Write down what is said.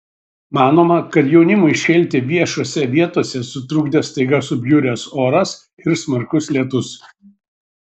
manoma kad jaunimui šėlti viešose vietose sutrukdė staiga subjuręs oras ir smarkus lietus